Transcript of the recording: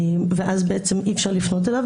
ואז אי-אפשר לפנות אליו.